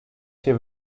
się